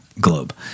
globe